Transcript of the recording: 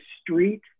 street